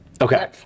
Okay